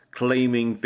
claiming